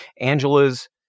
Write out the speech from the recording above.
Angela's